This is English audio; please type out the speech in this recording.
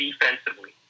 defensively